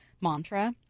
mantra